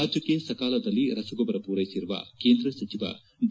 ರಾಜ್ಯಕ್ಷೆ ಸಕಾಲದಲ್ಲಿ ರಸಗೊಬ್ಬರ ಪೂರೈಸಿರುವ ಕೇಂದ್ರ ಸಚಿವ ಡಿ